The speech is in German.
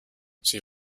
sie